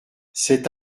cet